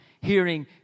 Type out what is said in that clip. hearing